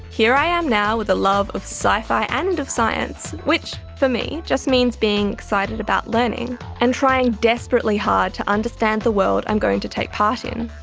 here i am now with a love of sci-fi and of science which for me just means being excited about learning and trying desperately hard to understand the world i'm going to take part in.